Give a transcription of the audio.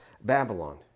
Babylon